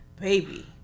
Baby